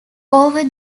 over